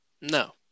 no